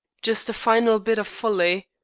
just a final bit of folly.